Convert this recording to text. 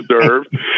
deserved